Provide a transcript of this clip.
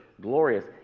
glorious